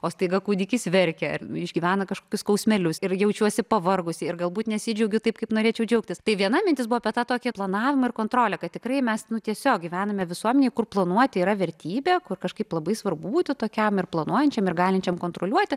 o staiga kūdikis verkia išgyvena kažkokius skausmelius ir jaučiuosi pavargusi ir galbūt nesidžiaugiu taip kaip norėčiau džiaugtis tai viena mintis buvo apie tą tokią planavimo ir kontrolę kad tikrai mes nu tiesiog gyvename visuomenėje kur planuoti yra vertybė kur kažkaip labai svarbu būti tokiam ir planuojančiam ir galinčiam kontroliuoti